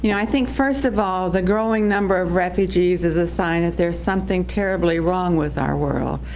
you know i think first of all the growing number of refugees is a sign that there's something terribly wrong with our world.